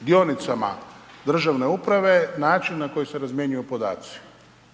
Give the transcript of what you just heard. dionicama državne uprave, način na koji se razmjenjuju podaci.